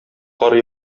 кар